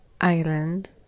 island